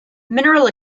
mineral